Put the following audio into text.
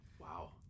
Wow